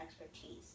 expertise